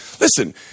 listen